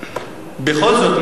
בכל זאת,